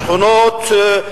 בשכונות,